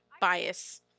bias